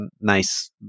nice